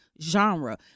genre